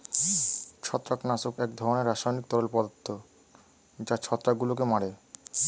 ছত্রাকনাশক এক ধরনের রাসায়নিক তরল পদার্থ যা ছত্রাকগুলোকে মারে